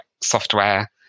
software